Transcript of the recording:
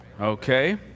Okay